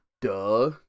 Duh